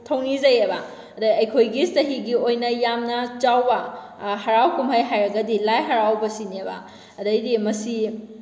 ꯊꯧꯅꯤꯖꯩꯌꯦꯕ ꯑꯗꯩ ꯑꯩꯈꯣꯏꯒꯤ ꯆꯍꯤꯒꯤ ꯑꯣꯏꯅ ꯌꯥꯝꯅ ꯆꯥꯎꯕ ꯍꯔꯥꯎ ꯀꯨꯝꯍꯩ ꯍꯥꯏꯔꯒꯗꯤ ꯂꯥꯏ ꯍꯔꯥꯎꯕꯁꯤꯅꯦꯕ ꯑꯗꯩꯗꯤ ꯃꯁꯤ